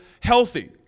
healthy